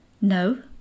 No